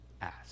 ask